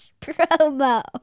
promo